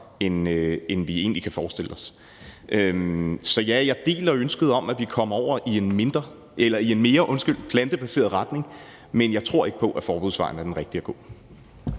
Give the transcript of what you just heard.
end vi egentlig kan forstille os. Så ja, jeg deler ønsket om, at vi kommer over i en mere plantebaseret retning, men jeg tror ikke på, at forbudsvejen er den rigtige at gå.